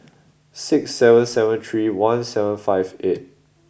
six seven seven three one seven five eight